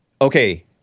Okay